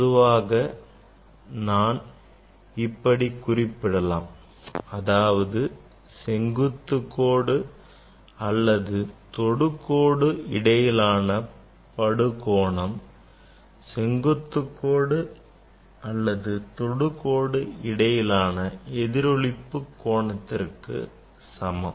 பொதுவாக நான் இப்படி குறிப்பிடலாம் அதாவது செங்குத்து கோடு அல்லது தொடுக்கோடு இடையிலான படுகோணம் செங்குத்து கோடு அல்லது தொடுக்கோடு இடையிலான எதிரொளிப்பு கோணத்திற்கு சமம்